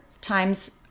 times